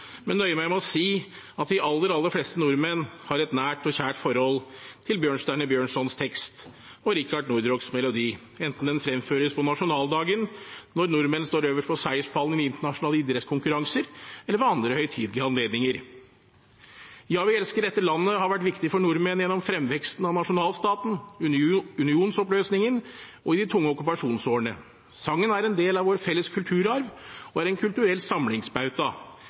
men nøye meg med å si at de aller, aller fleste nordmenn har et nært og kjært forhold til Bjørnstjerne Bjørnsons tekst og Rikard Nordraaks melodi – enten den fremføres på nasjonaldagen, når nordmenn står øverst på seierspallen i internasjonale idrettskonkurranser, eller ved andre høytidelige anledninger. «Ja, vi elsker dette landet» har vært viktig for nordmenn gjennom fremveksten av nasjonalstaten, unionsoppløsningen og i de tunge okkupasjonsårene. Sangen er en del av vår felles kulturarv og er en kulturell samlingsbauta.